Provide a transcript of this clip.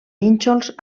nínxols